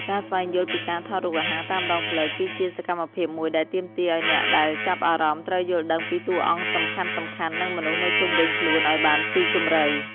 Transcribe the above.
ការស្វែងយល់ពីការថតរូបអាហារតាមដងផ្លូវ គឺជាសកម្មភាពមួយដែលទាមទារឱ្យអ្នកដែលចាប់អារម្មណ៍ត្រូវយល់ដឹងពីតួអង្គសំខាន់ៗ និងមនុស្សនៅជុំវិញខ្លួនឱ្យបានស៊ីជម្រៅ។